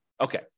Okay